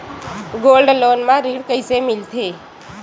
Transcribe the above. Gold loan म ऋण कइसे मिलथे?